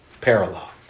parallel